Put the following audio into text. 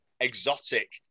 exotic